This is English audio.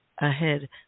Ahead